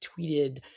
tweeted